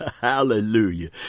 Hallelujah